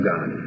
God